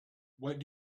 what